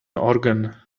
organ